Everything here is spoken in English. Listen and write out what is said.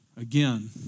again